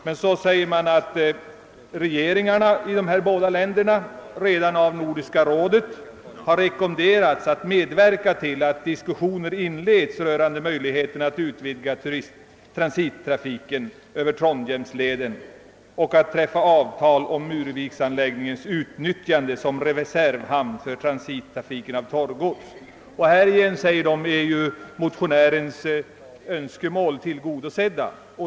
Dessutom anför utskottet att regeringarna i dessa båda länder redan av Nordiska rådet har rekommenderats att medverka till att diskussioner inleds rörande möjligheterna att utvidga transittrafiken över trondheimsleden och att träffa avtal om muruviksanläggningens utnyttjande som reservhamn för transittrafiken med torrgods. Härigenom, anför utskottet, är motionärens önskemål tillgodosedda.